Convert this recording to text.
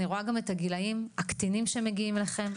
אני רואה גם את הגילאים הקטינים שמגיעים אליכם,